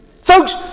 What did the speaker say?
Folks